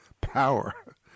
power